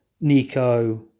Nico